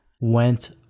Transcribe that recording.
went